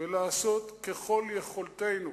אלא לעשות ככל יכולתנו